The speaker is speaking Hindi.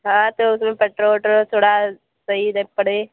हाँ तो उसमें पेट्रोल ओट्रोल थोड़ा सही रहे पड़े